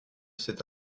cet